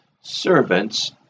servants